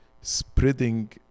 spreading